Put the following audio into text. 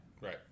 right